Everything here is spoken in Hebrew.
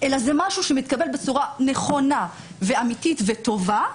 אלא זה משהו שמתקבל בצורה נכונה ואמיתית וטובה,